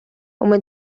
uma